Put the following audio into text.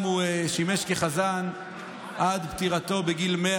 ושם הוא שימש כחזן עד פטירתו בגיל 100